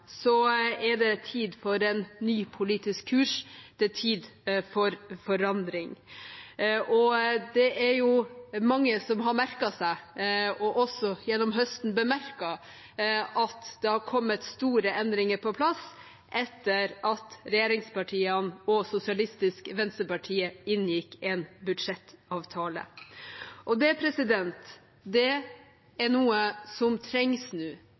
er det tid for en ny politisk kurs; det er tid for forandring. Det er jo mange som har merket seg, og også gjennom høsten bemerket, at det har kommet store endringer på plass etter at regjeringspartiene og Sosialistisk Venstreparti inngikk en budsjettavtale. Det er noe som trengs nå.